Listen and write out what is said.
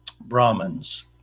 Brahmins